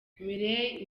mireille